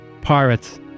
pirates